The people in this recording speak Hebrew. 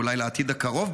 אולי לעתיד הקרוב,